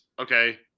okay